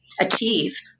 achieve